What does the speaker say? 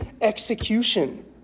execution